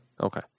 Okay